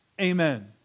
amen